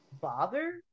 bother